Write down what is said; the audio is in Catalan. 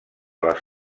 les